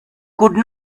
could